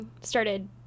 started